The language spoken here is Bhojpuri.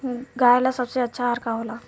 गाय ला सबसे अच्छा आहार का होला?